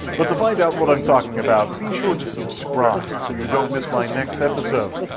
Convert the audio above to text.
but to find out what i'm talking about, be sure to subscribe so you don't miss my next episode!